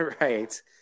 right